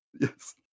Yes